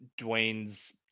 Dwayne's